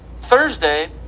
Thursday